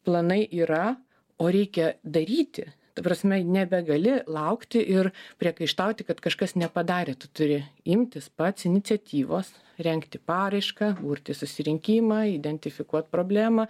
planai yra o reikia daryti ta prasme nebegali laukti ir priekaištauti kad kažkas nepadarė tu turi imtis pats iniciatyvos rengti paraišką burti susirinkimą identifikuot problemą